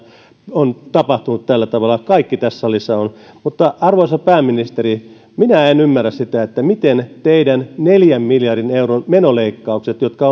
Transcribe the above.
on tapahtunut tällä tavalla kaikki tässä salissa ovat mutta arvoisa pääministeri minä en ymmärrä sitä miten teidän neljän miljardin euron menoleikkaukset jotka